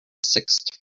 sixth